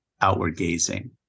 outward-gazing